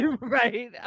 right